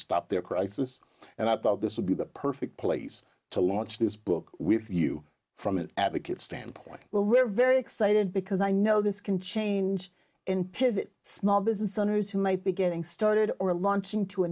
stop their crisis and i thought this would be the perfect place to launch this book with a view from an advocate standpoint well we're very excited because i know this can change in pivot small business owners who might be getting started or launching to a